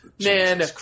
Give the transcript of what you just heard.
Man